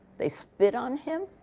they spit on him.